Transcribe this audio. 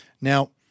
Now